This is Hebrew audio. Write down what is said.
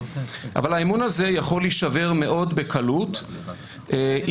אבל האמון הזה יכול להישבר בקלות מאוד אם